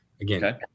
Again